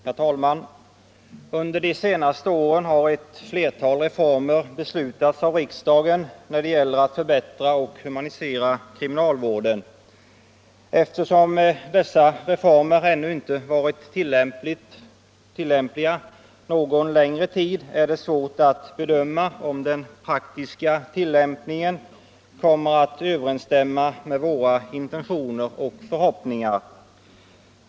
Herr talman! Under de senaste åren har ett flertal reformer beslutats av riksdagen i syfte att förbättra och humanisera kriminalvården. Eftersom dessa reformer ännu inte varit i tillämpning någon längre tid, är det svårt att bedöma om den praktiska tillämpningen kommer att överensstämma med våra intentioner och förhoppningar.